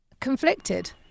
Conflicted